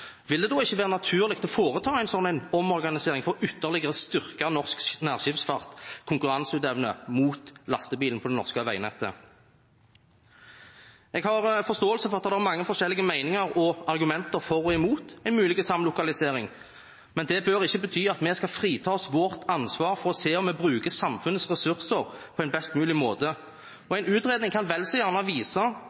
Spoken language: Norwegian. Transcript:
vil det da ikke være naturlig å foreta en sånn omorganisering for ytterligere å styrke norsk nærskipsfarts konkurranseevne mot lastebilen på det norske veinettet? Jeg har forståelse for at det er mange forskjellige meninger og argumenter for og imot en mulig samlokalisering, men det bør ikke bety at vi skal fritas for vårt ansvar for å se om vi bruker samfunnets ressurser på en best mulig måte. En utredning kan vel så gjerne vise